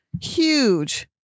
huge